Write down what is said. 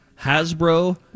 Hasbro